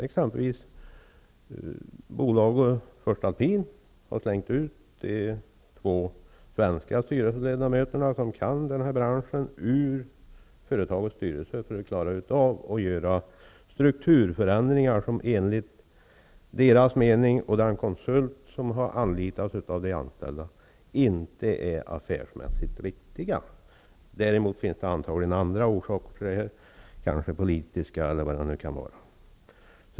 Exempelvis har Voest-Alpine slängt ut två svenska styrelseledamöter, personer som kan branschen, från företagets styrelse för att klara av att göra strukturförändringar. Enligt dessa personer och den konsult som anlitats av de anställda är de här strukturförändringarna inte affärsmässigt riktiga. Antagligen finns det också andra orsaker -- t.ex. politiska -- till att det blivit som det blivit.